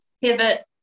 pivot